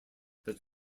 that